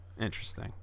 Interesting